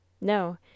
No